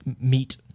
Meat